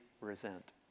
resent